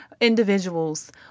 individuals